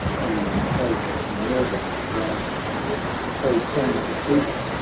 and as minerva wise o son of greece,